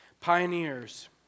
Pioneers